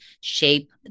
shape